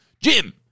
Jim